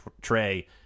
trey